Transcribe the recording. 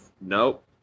Nope